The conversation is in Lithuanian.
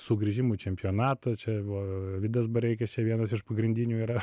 sugrįžimų čempionatą čia va vidas bareikis čia vienas iš pagrindinių yra